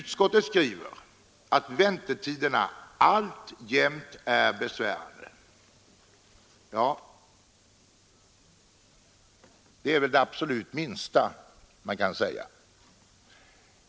Utskottet skriver att väntetiderna alltjämt är besvärande. Ja, det är väl det absolut minsta man kan säga.